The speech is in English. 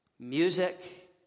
Music